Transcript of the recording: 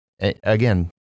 again